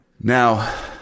Now